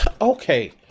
Okay